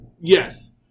Yes